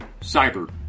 Cyber